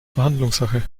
verhandlungssache